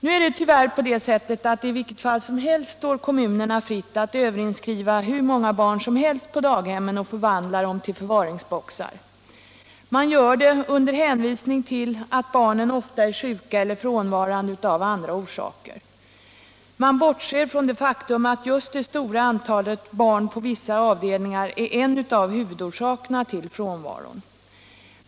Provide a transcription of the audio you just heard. Nu är det tyvärr så att det står kommunerna fritt att överinskriva hur många barn som helst på daghemmen och förvandla dem till förvaringsboxar. Man gör det under hänvisning till att barnen ofta är sjuka eller frånvarande av andra orsaker. Man bortser från det faktum att just det stora antalet barn på vissa avdelningar är en av huvudorsakerna till frånvaron.